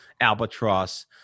albatross